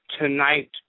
tonight